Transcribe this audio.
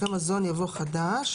אחרי "מזון" יבוא "חדש,